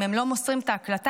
אם הם לא מוסרים את ההקלטה,